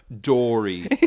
Dory